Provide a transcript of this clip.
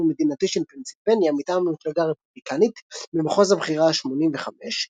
המדינתי של פנסילבניה מטעם המפלגה הרפובליקנית במחוז הבחירה ה-85,